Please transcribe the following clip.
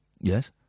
Yes